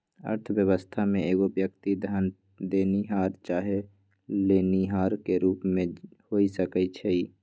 अर्थव्यवस्था में एगो व्यक्ति धन देनिहार चाहे लेनिहार के रूप में हो सकइ छइ